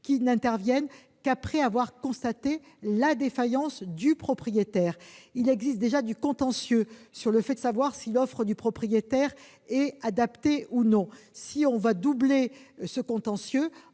qui n'interviennent qu'après avoir constaté la défaillance du propriétaire. Le contentieux sur le fait de savoir si l'offre du propriétaire est adaptée ou non risque de doubler, retardant